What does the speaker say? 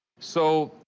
so,